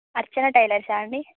అర్చన టైలర్సా అండి